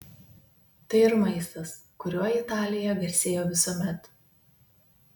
tai ir maistas kuriuo italija garsėjo visuomet